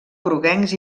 groguencs